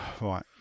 right